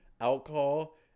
alcohol